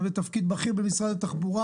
אתה בתפקיד בכיר במשרד התחבורה